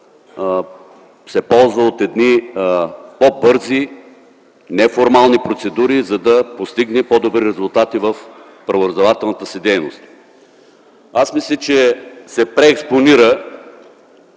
се ползва от едни по-бързи неформални процедури, за да постигне по-добри резултати в правораздавателната си дейност. Аз мисля, че се преекспонира